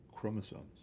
chromosomes